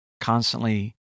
constantly